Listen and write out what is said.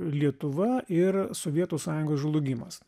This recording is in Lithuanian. lietuva ir sovietų sąjungos žlugimas